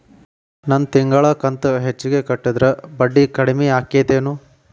ನನ್ ತಿಂಗಳ ಕಂತ ಹೆಚ್ಚಿಗೆ ಕಟ್ಟಿದ್ರ ಬಡ್ಡಿ ಕಡಿಮಿ ಆಕ್ಕೆತೇನು?